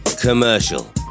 commercial